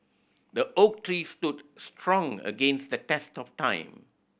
the oak tree stood strong against the test of time